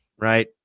right